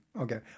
okay